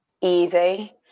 Easy